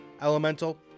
elemental